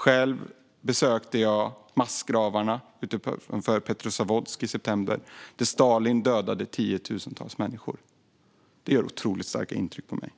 Själv besökte jag i september massgravarna utanför Petrozavodsk, där Stalin dödade tiotusentals människor. Det gjorde otroligt starka intryck på mig.